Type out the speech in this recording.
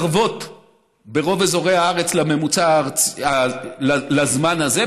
מתקרבות ברוב אזורי הארץ לממוצע לזמן הזה,